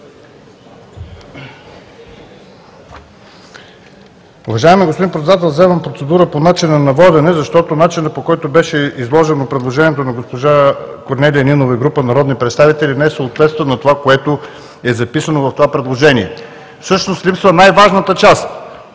не съответства на това, което е записано в това предложение. Всъщност липсва най-важната част –